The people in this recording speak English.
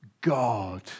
God